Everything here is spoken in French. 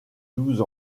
douze